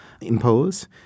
impose